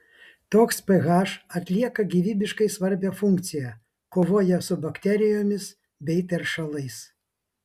toks ph atlieka gyvybiškai svarbią funkciją kovoja su bakterijomis bei teršalais